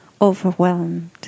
overwhelmed